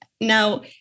Now